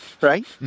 right